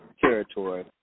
territory